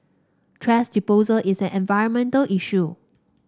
thrash disposal is an environmental issue